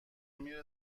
میره